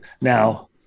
now